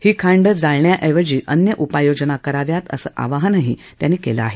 हि खांड जाण्या ऐवजी अन्य उपाय योजना कराव्यात असं आवाहनही त्यांनी केलं आहे